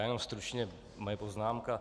Jenom stručně moje poznámka.